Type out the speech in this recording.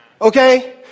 okay